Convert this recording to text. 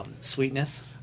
sweetness